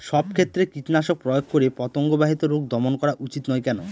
সব ক্ষেত্রে কীটনাশক প্রয়োগ করে পতঙ্গ বাহিত রোগ দমন করা উচিৎ নয় কেন?